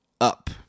up